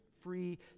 free